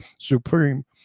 Supreme